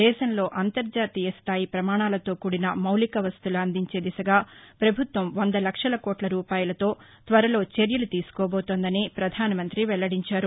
దేశంలో అంతర్జాతీయ స్థాయి ప్రమాణాలతో కూడిన మౌలిక వసతులు అందించే దిశగా పభుత్వం వంద లక్షల కోట్ల రూపాయలతో త్వరలో చర్యలు తీసుకోబోతోందని పధానమంతి వెల్లడించారు